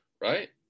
right